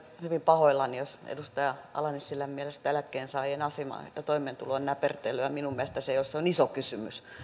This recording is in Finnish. hyvin pahoillani jos edustaja ala nissilän mielestä eläkkeensaajien asema ja toimeentulo on näpertelyä minun mielestäni se on iso kysymys